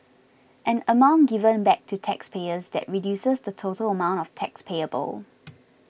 an amount given back to taxpayers that reduces the total amount of tax payable